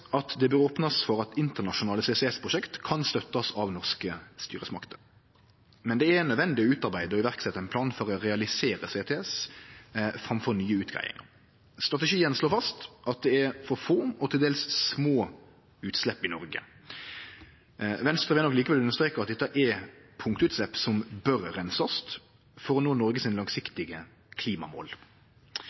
at det bør bli opna for at internasjonale CCS-prosjekt kan bli støtta av norske styresmakter. Men det er nødvendig å utarbeide og setje i verk ein plan for å realisere CCS framfor nye utgreiingar. Strategien slår fast at det er for få og til dels små utslepp i Noreg. Venstre vil nok likevel understreke at dette er punktutslepp som bør bli reinsa for å nå dei langsiktige